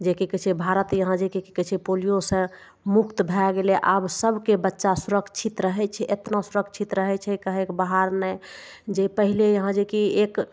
जे कि कहय छै भारत यहाँ जे कि कि कहय छै पोलियोसँ मुक्त भए गेलय आब सबके बच्चा सुरक्षित रहय छै एतना सुरक्षित रहय छै कहयके बात नहि जे पहिले यहाँ जे कि एक